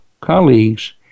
colleagues